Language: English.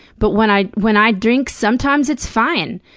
but when i when i drink, sometimes it's fine.